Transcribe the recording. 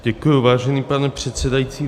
Děkuji, vážený pane předsedající.